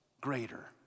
greater